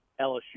LSU